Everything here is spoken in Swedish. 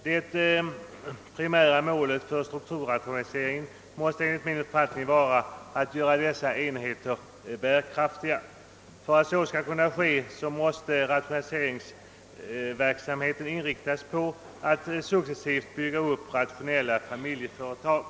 Det primära målet för strukturrationaliseringen måste enligt min uppfattning vara att göra dessa enheter bärkraftiga. För att så skall kunna ske måste rationaliseringsverksamheten inriktas på att successivt bygga upp ratio nella familjeföretag.